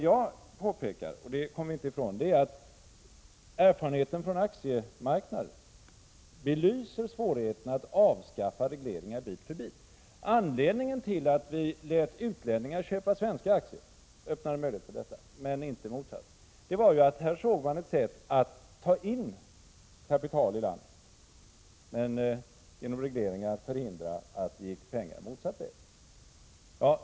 Vi kommer emellertid inte ifrån att erfarenheten från aktiemarknaden belyser svårigheterna att bit för bit avskaffa regleringarna. Anledningen till att vi lät utlänningar köpa svenska aktier — vi öppnade möjligheter för detta, men inte för motsatsen — var att man här såg ett sätt att ta in kapital ilandet men genom regleringar förhindra att det gick pengar motsatt väg.